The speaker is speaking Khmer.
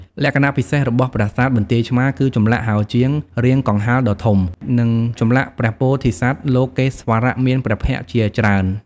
លក្ខណៈពិសេសរបស់ប្រាសាទបន្ទាយឆ្មារគឺចម្លាក់ហោជាងរាងកង្ហារដ៏ធំ និងចម្លាក់ព្រះពោធិសត្វលោកេស្វរៈមានព្រះភក្ត្រជាច្រើន។